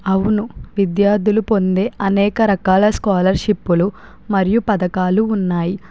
అవును విద్యార్థులు పొందే అనేక రకాల స్కాలర్షిప్పులు మరియు పథకాలు ఉన్నాయి